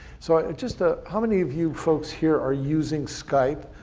so just, ah how many of you folks here are using skype?